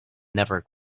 never